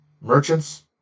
merchants